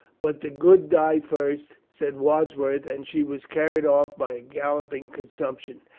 but the good die first, said wordsworth, and she was carried off by a galloping consumption.